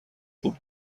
خوب